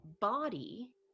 body